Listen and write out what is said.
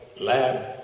lab